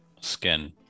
skin